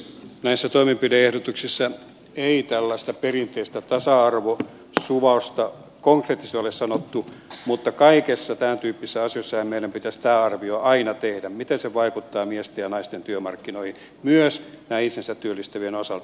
näissä toimenpide ehdotuksissa ei tällaista perinteistä tasa arvosuvausta konkreettisesti ole sanottu mutta kaikissa tämäntyyppisissä asioissahan meidän pitäisi tämä arvio aina tehdä miten se vaikuttaa miesten ja naisten työmarkkinoihin myös näiden itsensä työllistävien osalta